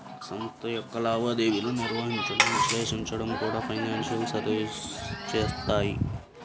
సంస్థ యొక్క లావాదేవీలను నిర్వహించడం, విశ్లేషించడం కూడా ఫైనాన్షియల్ సర్వీసెస్ చేత్తాయి